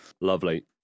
lovely